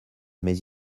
mes